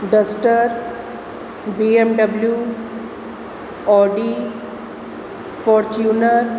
duster BMW Audi Fortuner